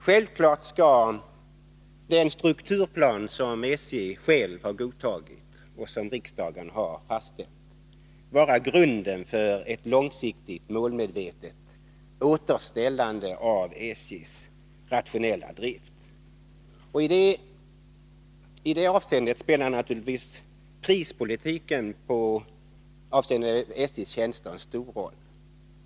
Självfallet skall den strukturplan som SJ själv har godtagit och som riksdagen har fastställt vara grunden för ett långsiktigt, målmedvetet återställande av SJ:s rationella drift. I det avseende spelar naturligtvis prispolitiken när det gäller SJ:s tjänster en stor roll.